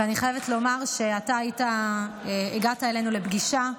ואני חייבת לומר שאתה הגעת אלינו לפגישה,